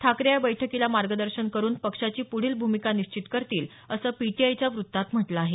ठाकरे या बैठकीला मार्गदर्शन करून पक्षाची पुढील भूमिका निश्चित करतील असं पीटीआयच्या वृत्तात म्हटल आहे